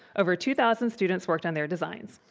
over two thousand students worked on their designs.